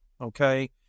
Okay